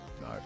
No